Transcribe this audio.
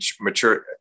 mature